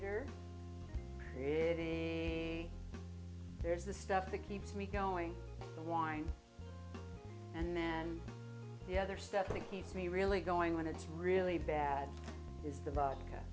injury here really there's the stuff that keeps me going the wind and then the other stuff that heats me really going when it's really bad is the vodka